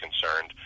concerned